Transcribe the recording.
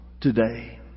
today